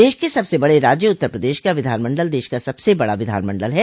देश के सबसे बड़े राज्य उत्तर प्रदेश का विधानमंडल देश का सबसे बड़ा विधानमंडल है